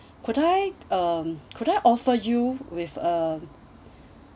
could I um could I offer you with uh